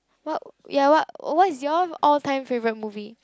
what ya what what is your all time favourite movie